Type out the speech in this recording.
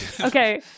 Okay